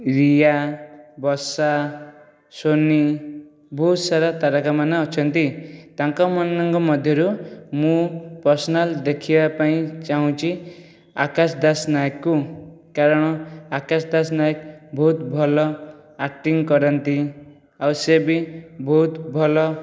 ରିୟା ବର୍ଷା ସୋନି ବହୁତସାରା ତାରକାମାନେ ଅଛନ୍ତି ତାଙ୍କମାନଙ୍କ ମଧ୍ୟରୁ ମୁଁ ପର୍ସନାଲ୍ ଦେଖିବାପାଇଁ ଚାହୁଁଛି ଆକାଶ ଦାସ ନାୟକକୁ କାରଣ ଆକାଶ ଦାସ ନାୟକ ବହୁତ ଭଲ ଆକ୍ଟିଙ୍ଗ କରନ୍ତି ଆଉ ସିଏ ବି ବହୁତ ଭଲ